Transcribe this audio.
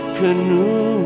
canoe